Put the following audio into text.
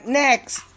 next